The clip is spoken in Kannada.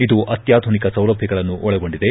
ಇದು ಅತ್ವಾಧುನಿಕ ಸೌಲಭ್ಯಗಳನ್ನು ಒಳಗೊಂಡಿದೆ